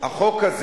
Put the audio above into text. בתחילה